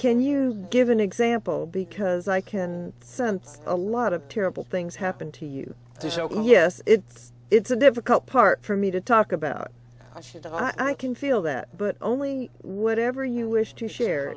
can you give an example because i can sense a lot of terrible things happen to you yes it's it's a difficult part for me to talk about i should i can feel that but only whatever you wish to share